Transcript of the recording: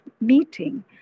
meeting